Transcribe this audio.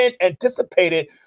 anticipated